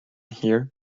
here